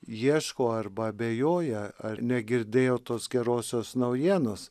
ieško arba abejoja ar negirdėjo tos gerosios naujienos